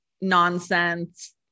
nonsense